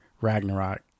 ragnarok